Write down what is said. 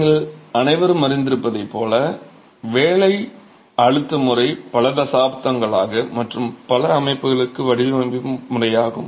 நீங்கள் அனைவரும் அறிந்திருப்பதைப் போல வேலை அழுத்த முறை பல தசாப்தங்களாக மற்றும் பல அமைப்புகளுக்கு வடிவமைப்பு முறையாகும்